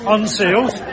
Unsealed